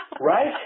Right